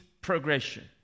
progression